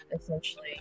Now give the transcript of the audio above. essentially